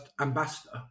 ambassador